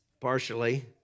partially